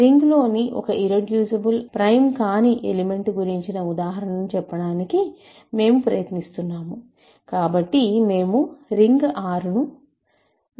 రింగ్లోని ఒక ఇర్రెడ్యూసిబుల్ అయి ప్రైమ్ కాని ఎలిమెంట్ గురించిన ఉదాహరణను చెప్పడానికి మేము ప్రయత్నిస్తున్నాము కాబట్టి మేము రింగ్ R ను Z 5 గా తీసుకున్నాము